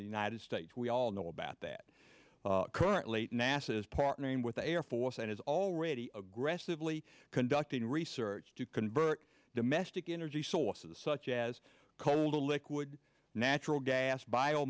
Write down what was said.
the united states we all know about that currently nasa has partnering with the air force and is already aggressively conducting research to convert domestic energy sources such as colder liquid natural gas bio